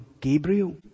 Gabriel